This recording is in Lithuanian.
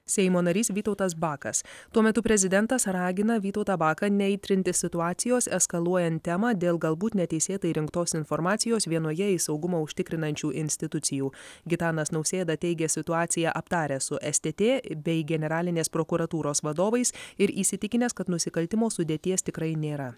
seimo narys vytautas bakas tuo metu prezidentas ragina vytautą baką neaitrinti situacijos eskaluojant temą dėl galbūt neteisėtai rinktos informacijos vienoje iš saugumą užtikrinančių institucijų gitanas nausėda teigia situaciją aptaręs su stt bei generalinės prokuratūros vadovais ir įsitikinęs kad nusikaltimo sudėties tikrai nėra